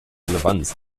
relevanz